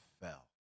fell